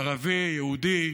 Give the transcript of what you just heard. ערבי, יהודי,